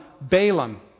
Balaam